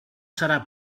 serà